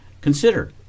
Consider